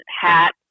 hat